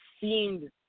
seemed